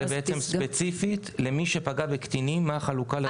זה ספציפית למי שפגע בקטינים החלוקה לרמות מסוכנות.